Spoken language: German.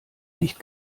nicht